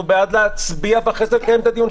אנחנו בעד להצביע, ואחרי זה לקיים את הדיון.